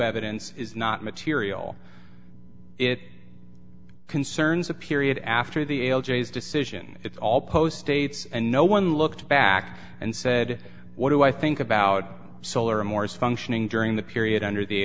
evidence is not material it concerns a period after the l g s decision it's all post dates and no one looked back and said what do i think about solar morris functioning during the period under the